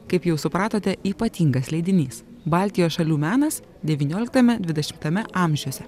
kaip jau supratote ypatingas leidinys baltijos šalių menas devynioliktame dvidešimtuose amžiuose